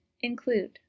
include